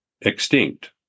extinct